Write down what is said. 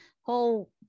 whole